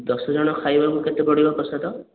ଦଶ ଜଣ ଖାଇବାକୁ କେତେ ପଡ଼ିବ ପ୍ରସାଦ